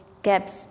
gaps